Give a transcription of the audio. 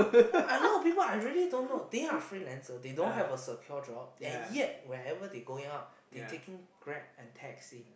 a lot of people I really don't know they are freelancer they don't have a secure job and yet whenever they going out they taking Grab and taxi